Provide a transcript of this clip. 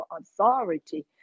authority